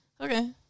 okay